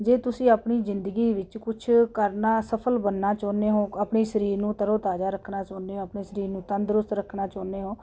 ਜੇ ਤੁਸੀਂ ਆਪਣੀ ਜ਼ਿੰਦਗੀ ਵਿੱਚ ਕੁਝ ਕਰਨਾ ਸਫਲ ਬਣਨਾ ਚਾਹੁੰਦੇ ਹੋ ਆਪਣੀ ਸਰੀਰ ਨੂੰ ਤਰੋ ਤਾਜ਼ਾ ਰੱਖਣਾ ਚਾਹੁੰਦੇ ਹੋ ਆਪਣੀ ਸਰੀਰ ਨੂੰ ਤੰਦਰੁਸਤ ਰੱਖਣਾ ਚਾਹੁੰਦੇ ਹੋ